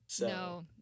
No